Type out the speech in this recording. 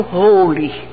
holy